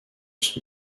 son